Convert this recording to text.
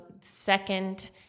second